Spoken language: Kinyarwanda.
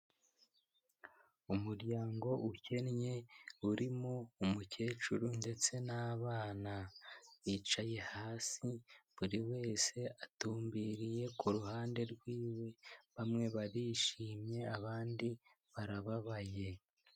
Umuryango ukennye urimo umukecuru ndetse n'abana, bicaye hasi buri wese atumbiriye ku ruhande rwiwe, bamwe barishimye abandi barababaye.